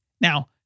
Now